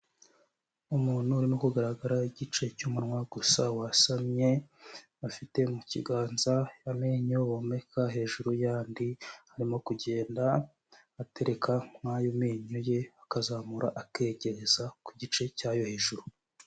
Umuntu urimo kugaragara igice cy'umunwa gusa wasamye afite mu kiganza amenyo bomeka hejuru yandi arimo kugenda atereka muri ayo menyo ye akazamura atereka muri ayo menyo ye ku gice cyayo hejuru.